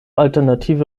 alternative